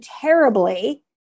terribly